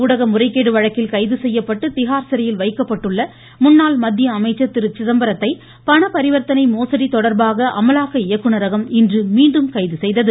ஊடக முறைகேடு வழக்கில் கைது செய்யப்பட்டு திஹார் சிறையில் வைக்கப்பட்டுள்ள முன்னாள் மத்திய அமைச்சர் பசிதம்பரத்தை பணபரிவர்த்தனை மோசடி தொடர்பாக அமலாக்க இயக்குநரகம் இன்று மீண்டும் கைது செய்தது